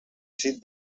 sit